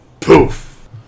poof